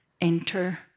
enter